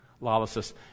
lawlessness